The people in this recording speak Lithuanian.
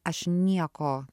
aš nieko